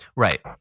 Right